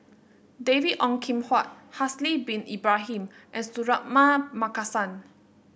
David Ong Kim Huat Haslir Bin Ibrahim and Suratman Markasan